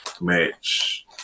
match